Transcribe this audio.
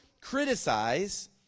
criticize